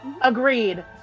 Agreed